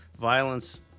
Violence